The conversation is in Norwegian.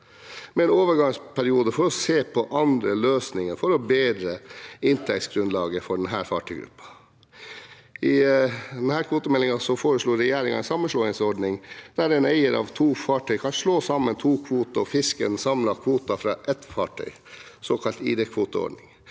med en overgangsperiode for å se på andre løsninger for å bedre inntektsgrunnlaget for denne fartøygruppa. I denne kvotemeldingen foreslår regjeringen en sammenslåingsordning der en eier av to fartøy kan slå sammen to kvoter og fiske den samlede kvoten fra ett fartøy, såkalt ID-kvoteordning.